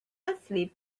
asleep